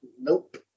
nope